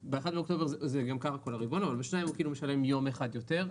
לאוקטובר זה לא יכול להיות כי זה שבת.